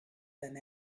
than